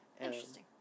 Interesting